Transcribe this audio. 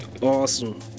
Awesome